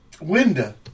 Winda